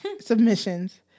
submissions